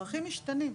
הצרכים משתנים,